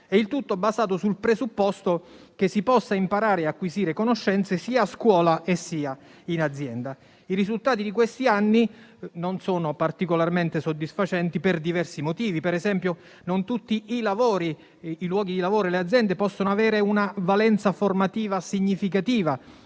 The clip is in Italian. il tutto basato sul presupposto che si possa imparare e acquisire conoscenze sia a scuola, sia in azienda. I risultati di questi anni non sono particolarmente soddisfacenti per diversi motivi: ad esempio, non tutti i luoghi di lavoro e le aziende possono avere una valenza formativa significativa;